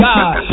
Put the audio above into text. God